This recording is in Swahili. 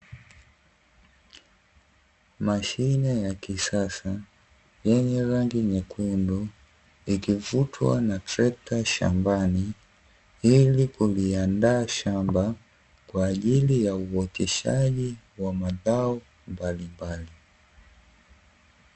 Mashine ya kisasa yenye rangi nyekundu, ikivutwa na trekta shambani ili kuliandaa shamba kwa ajili ya uoteshaji wa mazao mbalimbali.